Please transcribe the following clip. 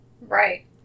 right